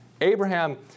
Abraham